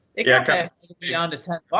it kind of beyond the ten